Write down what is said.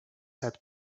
had